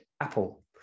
Apple